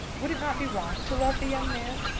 would it not be wrong to love the young man?